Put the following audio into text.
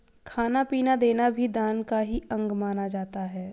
खाना पीना देना भी दान का ही अंग माना जाता है